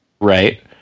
Right